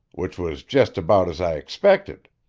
which was just about as i expected.